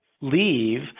leave